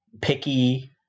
picky